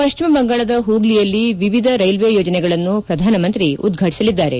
ಪಶ್ಚಿಮ ಬಂಗಾಳದ ಹೂಗ್ಲಿಯಲ್ಲಿ ವಿವಿಧ ರೈಲ್ವೆ ಯೋಜನೆಗಳನ್ನು ಪ್ರಧಾನಮಂತ್ರಿ ಉದ್ರಾಟಸಲಿದ್ದಾರೆ